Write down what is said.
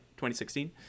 2016